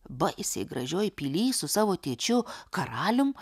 baisiai gražioj pilyj su savo tėčiu karalium